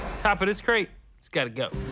top of this crate has got to go.